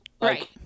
Right